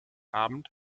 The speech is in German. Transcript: abend